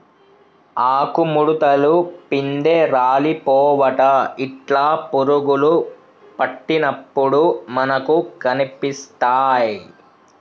ఆకు ముడుతలు, పిందె రాలిపోవుట ఇట్లా పురుగులు పట్టినప్పుడు మనకు కనిపిస్తాయ్